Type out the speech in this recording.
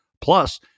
plus